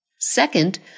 Second